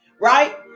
Right